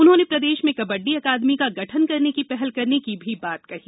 उन्होंने प्रदेश में कबड्डी अकादमी का गठन करने की पहल करने की बात भी कही